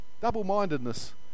Double-mindedness